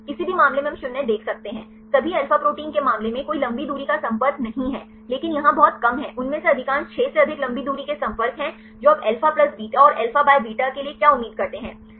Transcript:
किसी भी मामले में हम 0 देख सकते हैं सभी अल्फा प्रोटीन के मामले में कोई लंबी दूरी का संपर्क नहीं है लेकिन यहाँ बहुत कम है उनमें से अधिकांश 6 से अधिक लंबी दूरी के संपर्क हैं जो आप अल्फा प्लस बीटा और अल्फा बाय बीटा के लिए क्या उम्मीद करते हैं